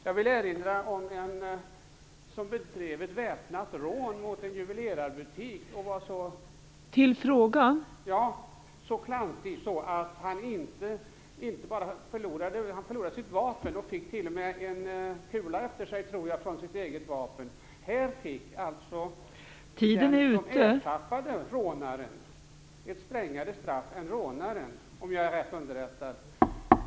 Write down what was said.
Jag vill erinra om en som begick ett väpnat rån mot en juvelerarbutik och var så klantig att han förlorade sitt vapen och t.o.m. fick en kula efter sig. Den som ertappade rånaren fick ett strängare straff än rånaren, om jag är rätt underrättad.